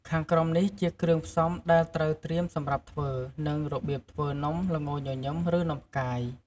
ខាងក្រោមនេះជាគ្រឿងផ្សំដែលត្រូវត្រៀមសម្រាប់ធ្វើ និងរបៀបធ្វើនំល្ងញញឹម ឬនំផ្កាយ។